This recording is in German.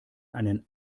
einen